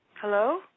Hello